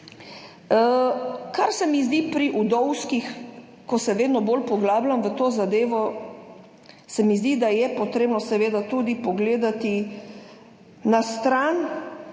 kar se mi zdi pri vdovskih, ko se vedno bolj poglabljam v to zadevo, se mi zdi, da je potrebno seveda tudi pogledati na stran,